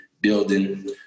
building